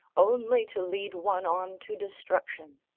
only to lead one on to destruction.